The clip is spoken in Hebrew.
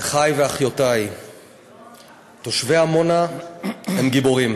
אחי ואחיותי תושבי עמונה הם גיבורים.